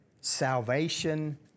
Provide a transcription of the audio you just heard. salvation